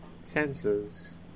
senses